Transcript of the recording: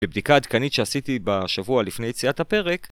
בבדיקה עדכנית שעשיתי בשבוע לפני יציאת הפרק